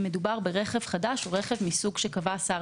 אם מדובר ברכב חדש או ברכב מסוג שקבע שר